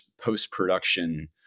post-production